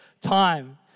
time